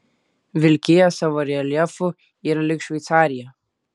vilkija savo reljefu yra lyg šveicarija